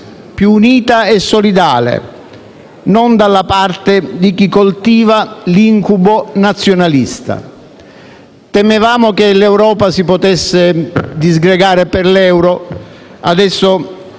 più unità e solidale, non dalla parte di chi coltiva l'incubo nazionalista. Temevamo che l'Europa si potesse disgregare per l'euro, adesso